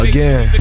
Again